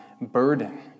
burden